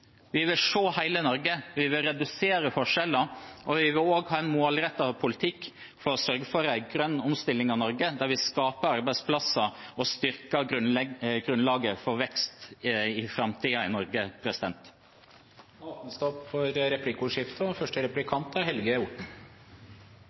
Vi vil se hele Norge, vi vil redusere forskjellene, og vi vil også ha en målrettet politikk for å sørge for en grønn omstilling av Norge, der vi skaper arbeidsplasser og styrker grunnlaget for vekst i framtiden i Norge. Det blir replikkordskifte. Jeg registrerer at Arbeiderpartiet, Senterpartiet og